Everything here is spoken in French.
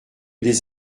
des